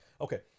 Okay